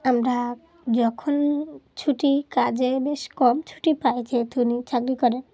আমরা যখন ছুটি কাজে বেশ কম ছুটি পায় যেহেতু উনি চাকরি করেন